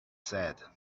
said